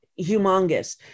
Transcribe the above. humongous